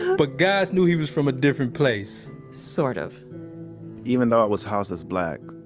but guys knew he was from a different place sort of even though i was housed as black,